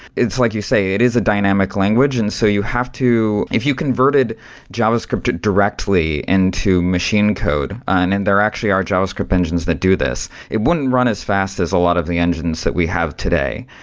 it's like you say, it is a dynamic language. and so you have to if you converted javascript directly into machine code, and and there actually are javascript engines that do this, it wouldn't run as fast as a lot of the engines that we have today.